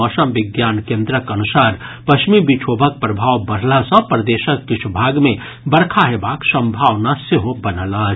मौसम विज्ञान केन्द्रक अनुसार पश्चिमी विक्षोभक प्रभाव बढ़ला सँ प्रदेशक किछु भाग मे बरखा हेबाक संभावना सेहो बनल अछि